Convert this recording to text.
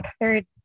third